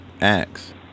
acts